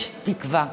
יש תקווה.